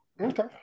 Okay